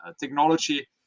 technology